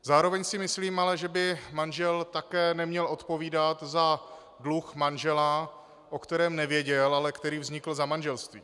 Zároveň si ale myslím, že by manžel také neměl odpovídat za dluh manžela, o kterém nevěděl, ale který vznikl za manželství.